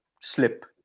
slip